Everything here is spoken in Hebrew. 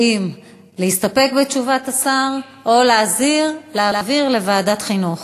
האם להסתפק בתשובת השר, או להעביר לוועדת חינוך?